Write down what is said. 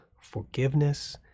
forgiveness